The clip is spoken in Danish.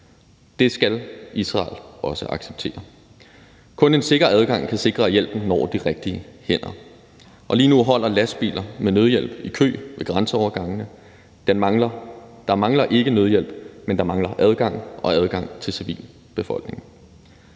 Det skal Israel også acceptere. Kun en sikker adgang kan sikre, at hjælpen når de rigtige hænder, og lige nu holder lastbiler med nødhjælp i kø ved grænseovergangene. Der mangler ikke nødhjælp, men der mangler adgang og adgang til civilbefolkningen.